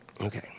Okay